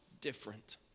different